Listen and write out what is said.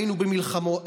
היינו במלחמות.